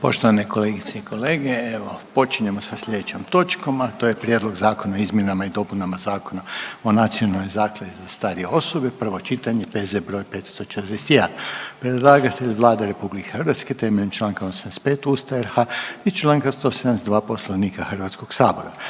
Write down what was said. Poštovane kolegice i kolege, evo počinjemo sa slijedećom točkom, a to je: - Prijedlog zakona o izmjenama i dopunama Zakona o nacionalnoj naknadi za starije osobe, prvo čitanje, P.Z. br. 541. Predlagatelj je Vlada RH temeljem čl. 85. Ustava RH i čl. 172. Poslovnika HS-a.